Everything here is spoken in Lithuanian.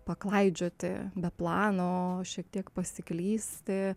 paklaidžioti be plano šiek tiek pasiklysti